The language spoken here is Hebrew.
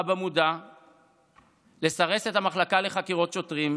במודע לסרס את המחלקה לחקירות שוטרים,